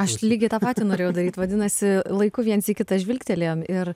aš lygiai tą patį norėjau daryt vadinasi laiku viens į kitą žvilgtelėjom ir